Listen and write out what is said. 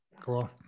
Cool